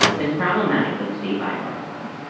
it's problematic that steve idolizes me.